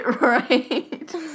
Right